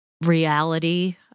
reality